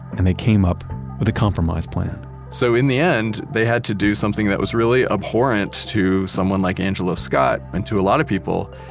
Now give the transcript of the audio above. and they came up with a compromise plan so, in the end, they had to do something that was really abhorrent to someone like angelo scott and to a lot of people.